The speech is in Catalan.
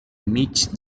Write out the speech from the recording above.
mig